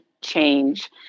change